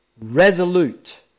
resolute